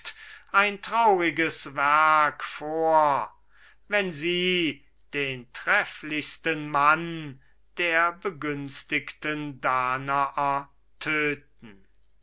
ein trauriges werk vor wenn sie den trefflichsten mann der begünstigten danaer töten